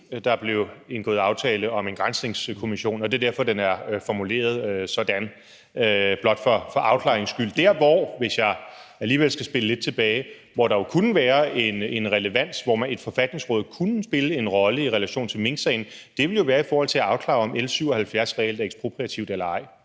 der blev indgået aftale om en granskningskommission, og det er derfor, den er formuleret sådan. Det er blot for afklaringens skyld. Der, hvor der – hvis jeg alligevel skal spille lidt tilbage – jo kunne være en relevans, hvor et forfatningsråd kunne spille en rolle i relation til minksagen, ville være i forhold til at afklare, om L 77 reelt er ekspropriativ eller ej.